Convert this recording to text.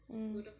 mm